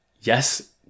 yes